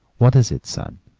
what is it, son?